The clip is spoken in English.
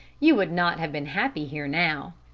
you would not have been happy here now.